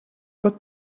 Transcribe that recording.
but